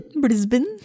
Brisbane